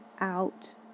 out